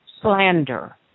Slander